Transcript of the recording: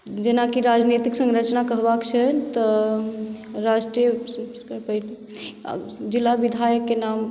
जेनाकि राजनीतिक सँरचना कहबाक छै तऽ राष्ट्रिय जिला विधायककेँ नाम